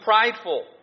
prideful